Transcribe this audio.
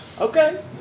Okay